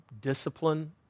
discipline